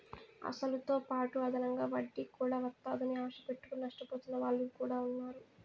అసలుతోపాటు అదనంగా వడ్డీ కూడా వత్తాదని ఆశ పెట్టుకుని నష్టపోతున్న వాళ్ళు కూడా ఉన్నారు